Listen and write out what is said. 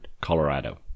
Colorado